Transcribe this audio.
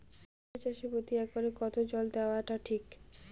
আলু চাষে প্রতি একরে কতো জল দেওয়া টা ঠিক?